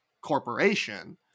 corporation